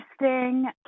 interesting